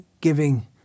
giving